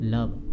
Love